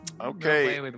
Okay